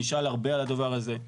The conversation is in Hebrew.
אני נשאל הרבה על הדבר הזה,